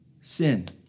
sin